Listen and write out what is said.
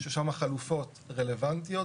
ששם החלופות רלוונטיות.